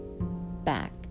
back